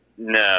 no